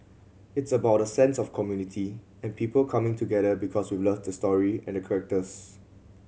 it's about a sense of community and people coming together because we love the story and characters